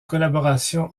collaboration